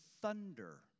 thunder